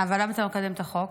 אבל למה אתה לא מקדם את החוק?